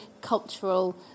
cultural